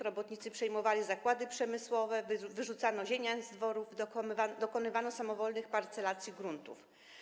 Robotnicy przejmowali zakłady przemysłowe, wyrzucano ziemian z dworów, dokonywano samowolnych parcelacji gruntów.